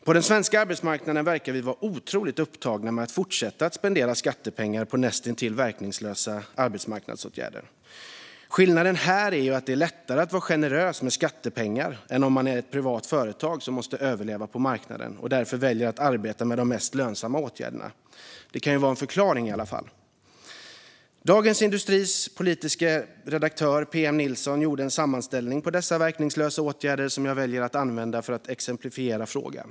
På den svenska arbetsmarknaden verkar vi vara otroligt upptagna med att fortsätta att spendera skattepengar på näst intill verkningslösa arbetsmarknadsåtgärder. Skillnaden här är att det är lättare att vara generös med skattepengar än om man är ett privat företag som måste överleva på marknaden och därför väljer att arbeta med de mest lönsamma åtgärderna. Det kan i alla fall vara en förklaring. Dagens industris politiska redaktör PM Nilsson gjorde en sammanställning av dessa verkningslösa åtgärder som jag väljer att använda för att exemplifiera frågan.